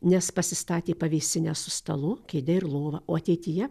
nes pasistatė pavėsinę su stalu kėde ir lova o ateityje